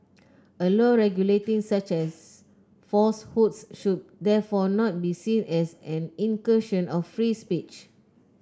a law regulating such as falsehoods should therefore not be seen as an incursion of free speech